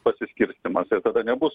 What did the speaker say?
pasiskirstymas ir tada nebus